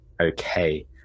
Okay